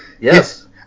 Yes